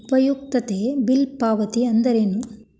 ಉಪಯುಕ್ತತೆ ಬಿಲ್ ಪಾವತಿ ಅಂದ್ರೇನು?